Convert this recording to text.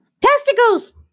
Testicles